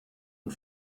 und